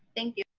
thank you.